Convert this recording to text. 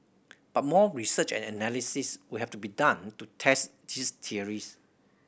but more research and analysis would have to be done to test these theories